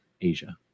Asia